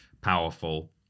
powerful